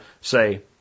say